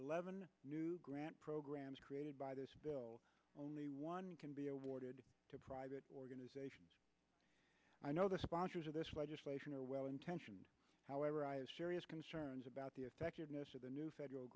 eleven new grant programs created by this bill only one can be awarded to private organizations i know the sponsors of this legislation are well intentioned however i have serious concerns about the effectiveness of the new federal